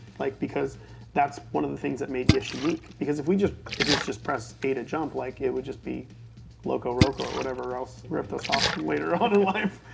like because that's one of the things that made gish unique. because if we just if it's just press a to jump, like it would just be locoroco or whatever else ripped us off later on in life.